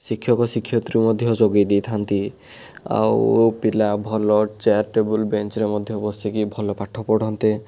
ଶିକ୍ଷକ ଶିକ୍ଷୟତ୍ରୀ ମଧ୍ୟ ଯୋଗାଇ ଦେଇଥାନ୍ତି ଆଉ ପିଲା ଭଲ ଚେୟାର ଟେବୁଲ ବେଞ୍ଚରେ ମଧ୍ୟ ବସିକି ଭଲ ପାଠ ପଢ଼ନ୍ତେ